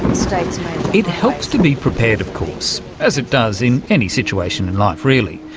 it helps to be prepared of course, as it does in any situation in life really,